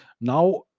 Now